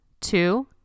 two